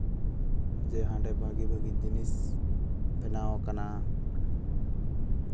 ᱡᱮ ᱦᱟᱸᱰᱮ ᱵᱷᱟᱹᱜᱤ ᱵᱷᱟᱹᱜᱤ ᱡᱤᱱᱤᱥ ᱵᱮᱱᱟᱣ ᱟᱠᱟᱱᱟ